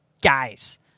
guys